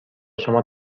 شما